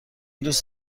دوست